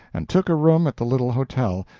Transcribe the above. and took a room at the little hotel,